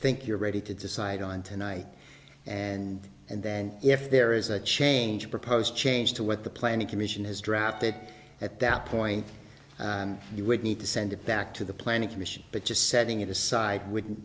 you're ready to decide on tonight and and then if there is a change proposed change to what the planning commission has drafted at that point you would need to send it back to the planning commission but just setting it aside wouldn't